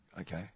okay